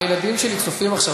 הילדים שלי צופים עכשיו.